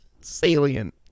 salient